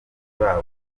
babo